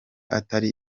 atari